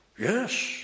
Yes